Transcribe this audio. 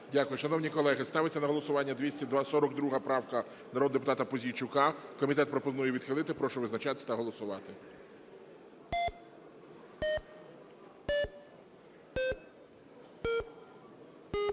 Дякую. Шановні колеги, ставиться на голосування 242 правка народного депутата Пузійчука. Комітет пропонує її відхилити. Прошу визначатись та голосувати.